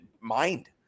mind